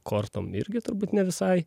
kortom irgi turbūt ne visai